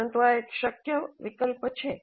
પરંતુ આ એક શક્ય વિકલ્પ છે